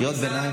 קריאות ביניים,